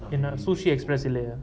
பின்ன:pinna sushi express பேசலையா:pesalaya